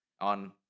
On